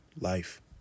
Life